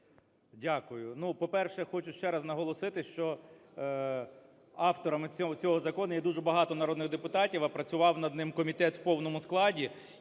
Дякую. Ну, по-перше, хочу ще раз наголосити, що авторами цього закону є дуже багато народних депутатів, а працював над ним комітет в повному складі,